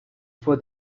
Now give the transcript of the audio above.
for